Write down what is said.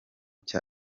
cya